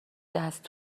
دست